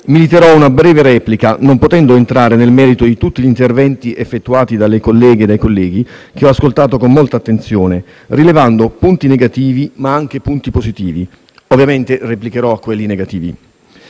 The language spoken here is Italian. limiterò ad una breve replica, non potendo entrare nel merito di tutti gli interventi svolti dalle colleghe e dai colleghi, che ho ascoltato con molta attenzione, rilevando punti negativi ma anche punti positivi. Ovviamente, replicherò a quelli negativi.